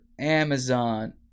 Amazon